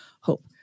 hope